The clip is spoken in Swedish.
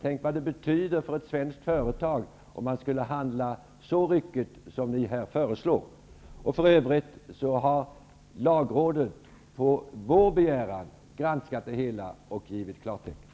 Tänk vad det betyder för ett svenskt företag om man skulle agera så ryckigt som ni här föreslår. För övrigt har lagrådet på vår begäran granskat det hela och givit klartecken.